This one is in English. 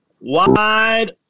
Wide